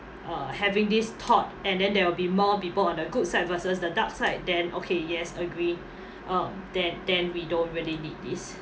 uh having this thought and then there will be more people on the good side versus the dark side then okay yes agree um then then we don't really need this